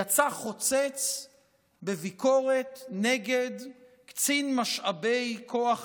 יצא חוצץ בביקורת נגד קצין משאבי כוח